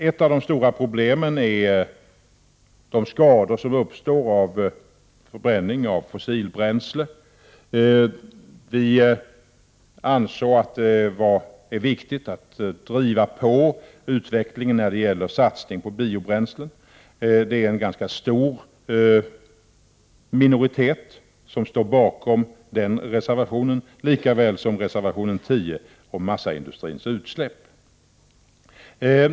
Ett av de stora problemen är de skador som uppstår vid förbränning av fossilt bränsle. Vi anser att det är viktigt att driva på utvecklingen när det gäller satsning på biobränslen. Det är en ganska stor minoritet som står bakom reservation 8 lika väl som reservation 10 om massaindustrins utsläpp.